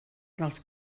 dels